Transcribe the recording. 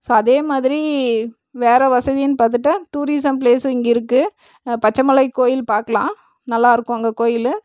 so அதே மாதிரி வேற வசதின்னு பார்த்துட்டா டூரிஸம் ப்ளேஸும் இங்கே இருக்குது பச்சைமலை கோயில் பார்க்கலாம் நல்லாயிருக்கும் அங்கே கோயில்